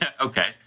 Okay